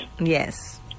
Yes